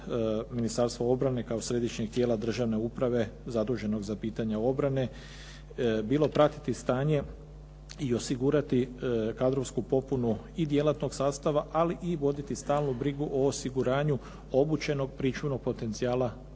Ministarstva obrane kao središnjeg tijela državne uprave zaduženog za pitanja obrane bilo pratiti stanje i osigurati kadrovsku popunu i djelatnog sastava ali i voditi stalnu brigu o osiguranju obučenog pričuvnog potencijala,